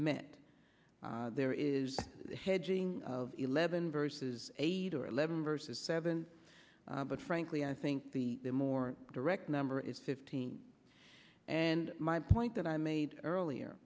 met there is hedging of eleven versus eight or eleven versus seven but frankly i think the more direct number is fifteen and my point that i made earlier